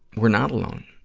we're not alone.